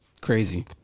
Crazy